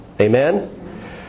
Amen